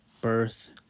birth